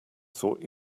thought